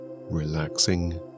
relaxing